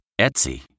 Etsy